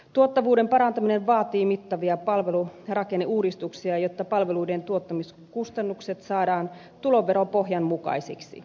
tuottavuuden parantaminen vaatii mittavia palvelu ja rakenneuudistuksia jotta palveluiden tuottamiskustannukset saadaan tuloveropohjan mukaisiksi